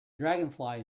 dragonfly